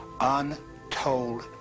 untold